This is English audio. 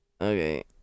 Okay